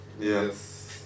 Yes